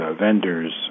vendors